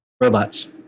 Robots